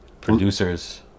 producers